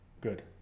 Good